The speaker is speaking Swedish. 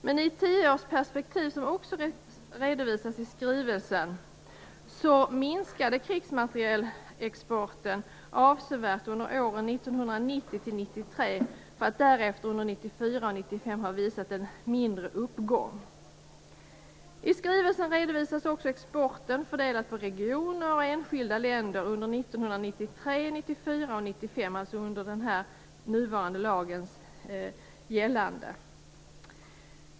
Men i ett tioårsperspektiv, som också redovisas i skrivelsen, minskade krigsmaterielexporten avsevärt under åren 1990-1993 för att därefter under åren 1994 och 1995 ha visat en mindre uppgång. I skrivelsen redovisas också exporten fördelat på regioner och enskilda länder under 1993, 1994 och 1995, alltså under nuvarande lags gällande.